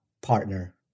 partner